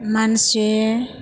मानसि